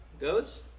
Goes